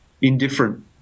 indifferent